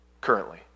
currently